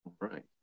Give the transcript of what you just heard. right